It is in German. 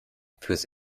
fürs